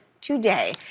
today